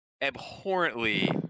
abhorrently